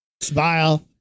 Smile